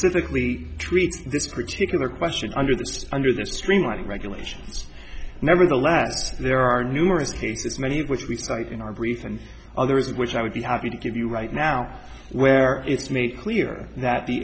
specifically treats this particular question under the under the streamlining regulations nevertheless there are numerous cases many of which we cite in our brief and others which i would be happy to give you right now where it's made clear that the